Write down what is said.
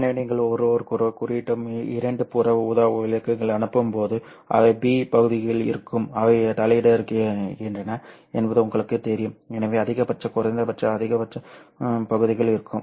எனவே நீங்கள் ஒருவருக்கொருவர் குறுக்கிடும் இரண்டு புற ஊதா விளக்குகளை அனுப்பும்போது அவை b பகுதிகள் இருக்கும் அவை தலையிடுகின்றன என்பது உங்களுக்குத் தெரியும் எனவே அதிகபட்ச குறைந்தபட்ச பகுதிகள் இருக்கும்